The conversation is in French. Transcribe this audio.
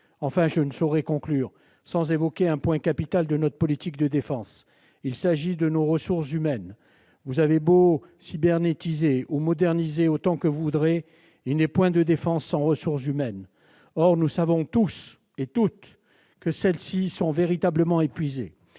Enfin, je ne saurais conclure sans évoquer un point capital de notre politique de défense : nos ressources humaines. Vous aurez beau « cybernétiser » ou moderniser, il n'est point de défense sans ressources humaines. Or nous savons tous que celles-ci sont véritablement épuisées.